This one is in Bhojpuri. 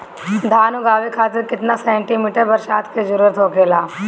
धान उगावे खातिर केतना सेंटीमीटर बरसात के जरूरत होखेला?